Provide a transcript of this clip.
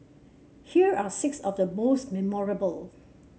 here are six of the most memorable